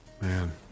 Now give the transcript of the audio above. man